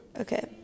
okay